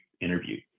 interview